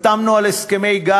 חתמנו על הסכמי-גג,